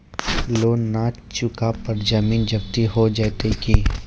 Loan न चुका पर जमीन जब्ती हो जैत की?